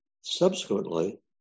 Subsequently